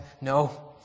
No